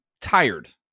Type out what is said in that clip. tired